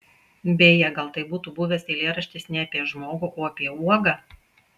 beje gal tai būtų buvęs eilėraštis ne apie žmogų o apie uogą